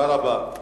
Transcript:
תודה רבה.